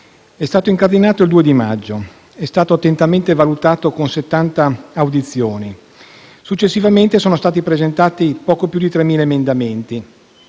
È stato incardinato il 2 maggio ed è stato attentamente valutato con settanta audizioni. Successivamente sono stati presentati poco più di 3.000 emendamenti.